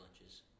lunches